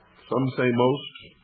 some say most,